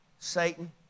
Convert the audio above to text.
Satan